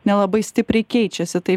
nelabai stipriai keičiasi tai